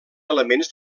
elements